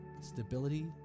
stability